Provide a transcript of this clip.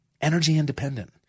energy-independent